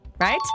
right